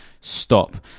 stop